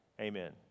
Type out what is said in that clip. Amen